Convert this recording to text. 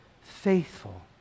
faithful